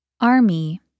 Army